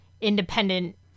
independent